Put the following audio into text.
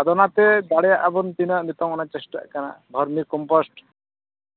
ᱟᱫᱚ ᱚᱱᱟᱛᱮ ᱫᱟᱲᱮᱭᱟᱜ ᱟᱵᱚᱱ ᱛᱤᱱᱟᱹᱜ ᱱᱤᱛᱚᱝ ᱚᱱᱟ ᱪᱮᱥᱴᱟᱜ ᱠᱟᱱᱟ ᱵᱷᱟᱨᱢᱤ ᱠᱚᱢᱯᱚᱥᱴ